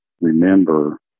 remember